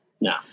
no